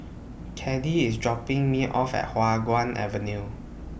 Caddie IS dropping Me off At Hua Guan Avenue